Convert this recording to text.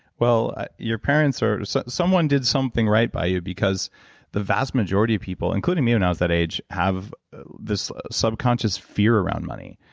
your parents or so someone did something right by you, because the vast majority of people, including me when i was that age, have this subconscious fear around money.